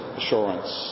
assurance